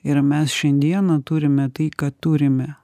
ir mes šiandieną turime tai ką turime